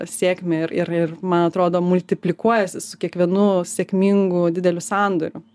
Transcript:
sėkmę ir ir ir man atrodo multiplikuojasi su kiekvienu sėkmingu dideliu sandoriu